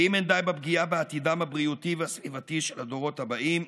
ואם לא די בפגיעה בעתידם הבריאותי והסביבתי של הדורות הבאים,